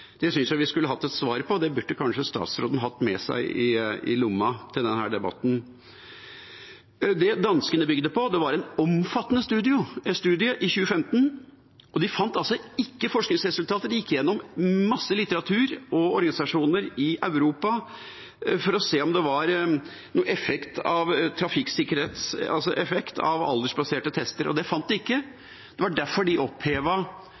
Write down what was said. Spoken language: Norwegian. Det synes jeg vi skulle fått et svar på. Det burde kanskje statsråden hatt med seg i lomma til denne debatten. Det danskene bygde på, var en omfattende studie fra 2015. De gikk gjennom en masse litteratur og data fra organisasjoner i Europa for å se om det var noen effekt av aldersbaserte tester, og det fant de ikke. Det var derfor de